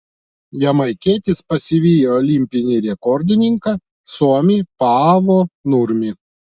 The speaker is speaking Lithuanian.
jamaikietis pasivijo olimpinį rekordininką suomį paavo nurmį